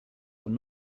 were